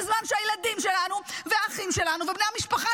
בזמן שהילדים שלנו והאחים שלנו ובני המשפחה